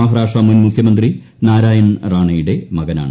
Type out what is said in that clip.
മഹാരാഷ്ട്ര മൂൻ ്മുഖ്യമന്ത്രി നാരായൺ റാണേയുടെ മകനാണ്